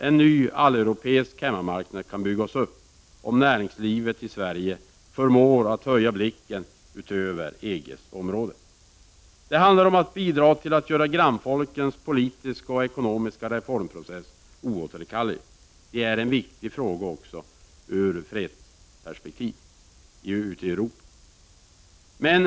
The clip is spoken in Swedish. En ny alleuropeisk hemmamarknad kan byggas upp - om näringslivet i Sverige förmår att höja blicken över EG:s område. Det handlar om att bidra till att göra grannfolkens politiska och ekonomiska reformprocess oåterkallelig. Det är en viktig fråga också ur fredsperspektiv ute i Europa.